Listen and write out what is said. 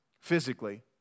physically